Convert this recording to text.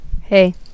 Hey